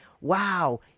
wow